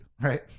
Right